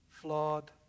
flawed